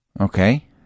Okay